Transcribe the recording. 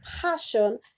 passion